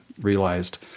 realized